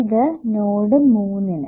ഇത് നോഡ് 3 നു